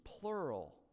plural